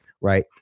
right